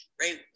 right